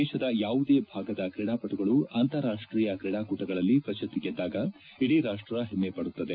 ದೇಶದ ಯಾವುದೇ ಭಾಗದ ಕ್ರೀಡಾಪಟುಗಳು ಅಂತಾರಾಷ್ಟೀಯ ಕ್ರೀಡಾಕೂಟಗಳಲ್ಲಿ ಪ್ರಶಸ್ತಿ ಗೆದ್ದಾಗ ಇಡೀ ರಾಪ್ಟ ಹೆಮ್ಮೆ ಪಡುತ್ತದೆ